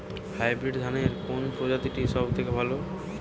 Hybrid ধানের কোন প্রজীতিটি সবথেকে ভালো?